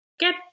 get